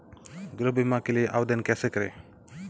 गृह बीमा के लिए आवेदन कैसे करें?